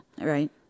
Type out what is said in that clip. Right